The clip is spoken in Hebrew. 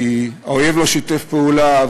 כי האויב לא שיתף פעולה?